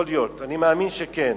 יכול להיות, אני מאמין שכן.